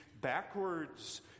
backwards